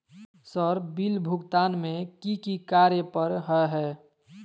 Sir bill भुगतान में की की कार्य पर हहै?